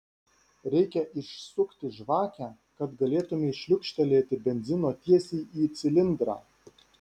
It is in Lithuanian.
reikia išsukti žvakę kad galėtumei šliukštelėti benzino tiesiai į cilindrą